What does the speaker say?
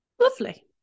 Lovely